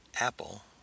Apple